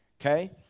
Okay